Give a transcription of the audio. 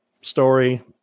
story